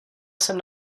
jsem